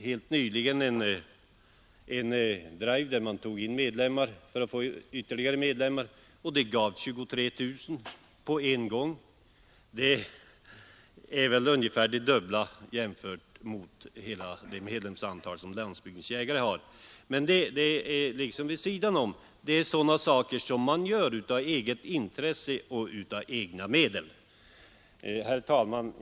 Helt nyligen gjordes en drive för att värva medlemmar, vilken gav 23 000 eller ungefär dubbla medlemsantalet som Jägarnas riksförbund-Landsbygdens jägare har. Detta är en sak som ligger vid sidan om och som man gör av eget intresse och av egna medel. Herr talman!